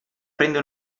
prende